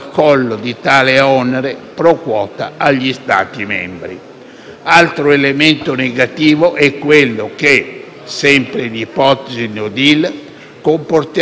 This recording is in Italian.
Altro elemento negativo è quello che, sempre in ipotesi *no deal*, comporterà, sia per i cittadini sia per gli imprenditori,